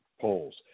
polls